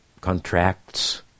contracts